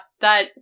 that-